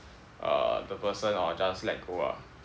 uh the person or just let go lah